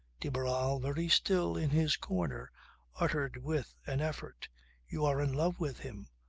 de barral very still in his corner uttered with an effort you are in love with him.